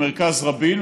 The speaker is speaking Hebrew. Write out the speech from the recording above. עם מרכז רבין,